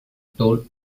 toll